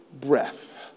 breath